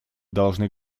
должны